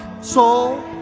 soul